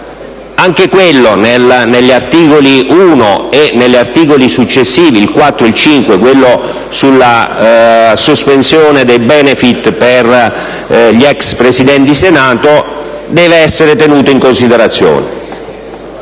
convertito, nell'articolo 1 e negli articoli successivi, in particolare il 4, sulla sospensione dei *benefit* per gli ex Presidenti del Senato, deve essere tenuto in consiferazione.